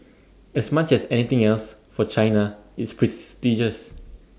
as much as anything else for China it's prestigious